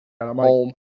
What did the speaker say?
Home